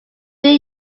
three